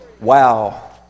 Wow